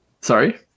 Sorry